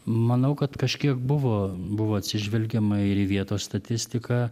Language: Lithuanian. manau kad kažkiek buvo buvo atsižvelgiama ir į vietos statistiką